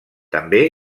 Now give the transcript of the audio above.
també